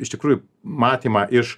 iš tikrųjų matymą iš